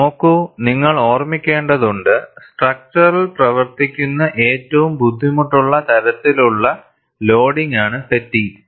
നോക്കൂനിങ്ങൾ ഓർമ്മിക്കേണ്ടതുണ്ട് സ്ട്രക്ച്ചറിൽ പ്രവർത്തിക്കുന്ന ഏറ്റവും ബുദ്ധിമുട്ടുള്ള തരത്തിലുള്ള ലോഡിംഗാണ് ഫാറ്റിഗ്ഗ്